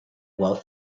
while